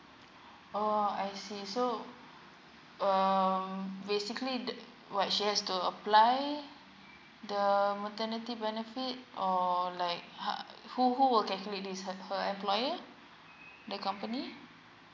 oh I see so um basically the what she has to apply the maternity benefit or like how who who will calculate her employer the company